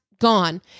gone